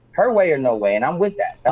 her way or no way, and i'm with that.